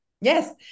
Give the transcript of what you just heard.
Yes